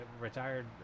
retired